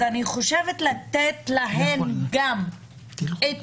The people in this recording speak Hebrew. אני חושבת לתת להן גם את